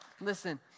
Listen